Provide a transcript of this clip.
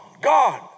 God